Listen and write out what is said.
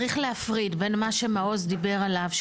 צריך להפריד בין מה שמעוז דיבר עליו,